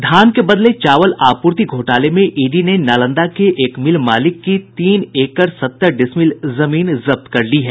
धान के बदले चावल आपूर्ति घोटाले में ईडी ने नालंदा के एक मिल मालिक की तीन एकड़ सत्तर डिसमिल जमीन जब्त कर ली है